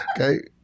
Okay